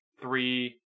three